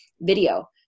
video